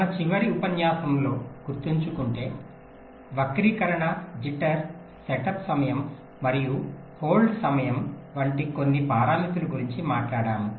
మన చివరి ఉపన్యాసంలో గుర్తుచేసుకుంటే వక్రీకరణ జిటర్ సెటప్ సమయం మరియు హోల్డ్ సమయం వంటి కొన్ని పారామితుల గురించి మాట్లాడాము